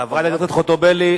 חברת הכנסת חוטובלי,